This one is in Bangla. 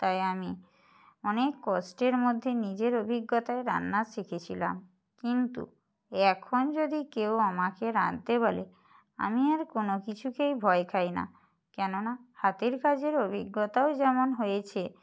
তাই আমি অনেক কষ্টের মধ্যে নিজের অভিজ্ঞতায় রান্না শিখেছিলাম কিন্তু এখন যদি কেউ আমাকে রাঁধতে বলে আমি আর কোনো কিছুকেই ভয় খাই না কেননা হাতের কাজের অভিজ্ঞতাও যেমন হয়েছে